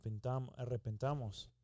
arrepentamos